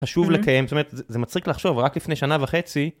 חשוב לקיים, זאת אומרת זה מצחיק לחשוב רק לפני שנה וחצי.